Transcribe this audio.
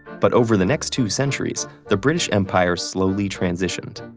but over the next two centuries, the british empire slowly transitioned,